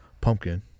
pumpkin